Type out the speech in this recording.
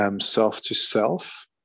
self-to-self